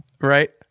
Right